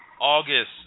August